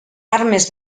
armes